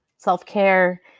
self-care